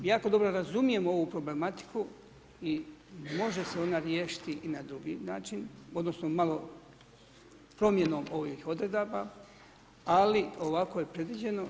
Jako dobro razumijem ovu problematiku i može se ona riješiti i na drugi način, odnosno malo promjenom ovih odredaba ali ovako je predviđeno.